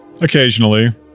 Occasionally